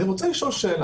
אני רוצה לשאול שאלה,